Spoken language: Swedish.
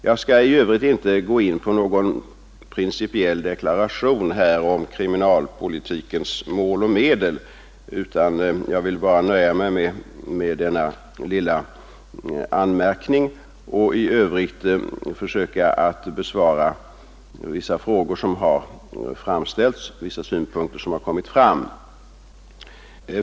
Jag skall här inte gå in på någon principdeklaration om kriminalpolitikens mål och medel, utan jag nöjer mig med dessa små anmärkningar och skall sedan försöka besvara några frågor som framställts och bemöta en del synpunkter som kommit fram i denna debatt.